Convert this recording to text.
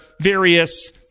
various